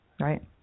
Right